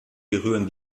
berühren